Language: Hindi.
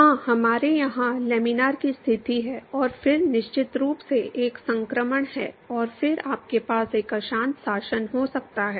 हां हमारे यहां लैमिनार की स्थिति है और फिर निश्चित रूप से एक संक्रमण है और फिर आपके पास एक अशांत शासन हो सकता है